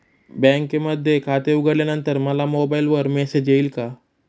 बँकेमध्ये खाते उघडल्यानंतर मला मोबाईलवर मेसेज येईल का?